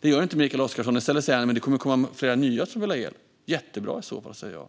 Det gör inte Mikael Oscarsson. I stället säger han: Det kommer att komma flera nya som vill ha hjälp. Jättebra i så fall, säger jag.